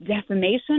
defamation